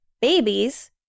babies